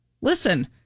Listen